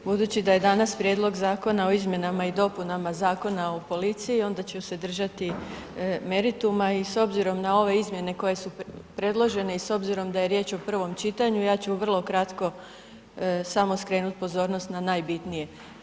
Budući da je danas Prijedlog Zakona o izmjenama i dopunama Zakona o policiji, onda ću se držati merituma, i s obzirom na ove izmjene koje su predložene i s obzirom da je riječ o prvom čitanju, ja ću vrlo kratko samo skrenut pozornost na najbitnije.